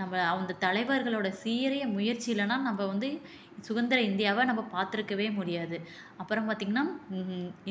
நம்ம அந்த தலைவர்களோடய சீரிய முயற்சி இல்லைனா நம்ம வந்து சுதந்திர இந்தியாவை நம்ம பார்த்துருக்கவே முடியாது அப்புறம் பார்த்திங்கனா